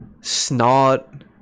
Snot